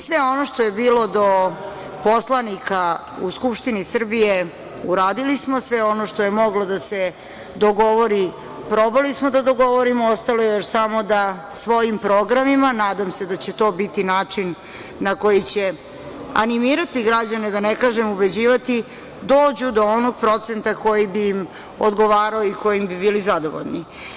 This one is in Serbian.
Sve ono što je bilo do poslanika u Skupštini Srbije uradili smo, sve ono što je moglo da se dogovori probali smo da dogovorimo, ostalo je još samo da svojim programima, nadam se da će to biti način na koji će animirati građane, da ne kažem ubeđivati, dođu do onog procenta koji bi im odgovarao i kojim bi bili zadovoljni.